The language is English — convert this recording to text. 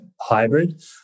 hybrid